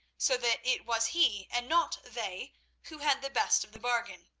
so that it was he and not they who had the best of the bargain.